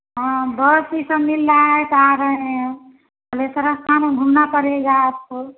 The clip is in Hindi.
हाँ बहुत सी सब मिल रहा तो आ रहे हैं अब इस तरह घूमना पड़ेगा आपको